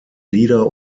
lieder